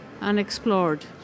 unexplored